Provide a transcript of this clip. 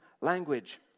language